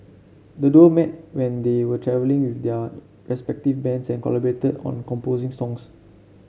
the duo met when they were travelling with their respective bands and collaborated on composing songs